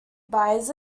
buys